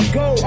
go